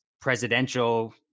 presidential